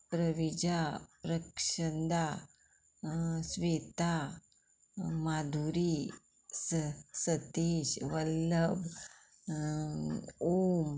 प्रविजा प्रक्षंदा स्वेता माधुरी स सतीश वल्लभ ओम